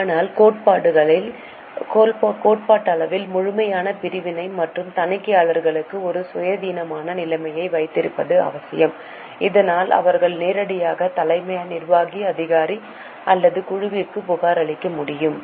ஆனால் கோட்பாட்டளவில் முழுமையான பிரிவினை மற்றும் தணிக்கையாளர்களுக்கு ஒரு சுயாதீனமான நிலையை வைத்திருப்பது அவசியம் இதனால் அவர்கள் நேரடியாக தலைமை நிர்வாக அதிகாரி அல்லது குழுவிற்கு புகாரளிக்க முடியும்